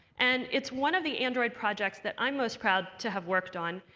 and it's one of the android projects that i'm most proud to have worked on.